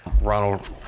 ronald